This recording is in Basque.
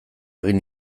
egin